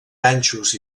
ganxos